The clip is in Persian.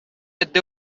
عده